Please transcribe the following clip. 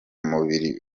mubiri